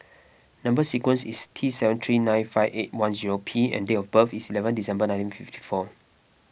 Number Sequence is T seven three nine five eight one zero P and date of birth is eleven December nineteen fifty four